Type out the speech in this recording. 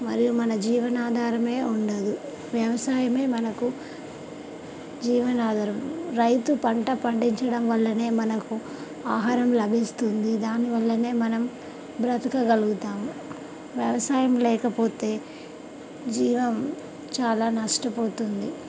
మరియు మన జీవనాధారం ఉండదు వ్యవసాయం మనకు జీవనాధారం రైతు పంట పండించడం వల్ల మనకు ఆహారం లభిస్తుంది దానివల్ల మనం బ్రతకగలుగుతాము వ్యవసాయం లేకపోతే జీవం చాలా నష్టపోతుంది